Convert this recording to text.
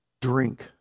drink